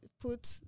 put